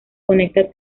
conecta